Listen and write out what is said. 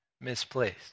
misplaced